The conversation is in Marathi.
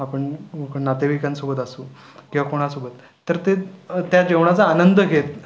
आपण नातेवाइकांसोबत असू किंवा कोणासोबत तर ते त्या जेवणाचा आनंद घेत